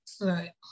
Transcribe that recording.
Right